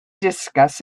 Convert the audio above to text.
discuss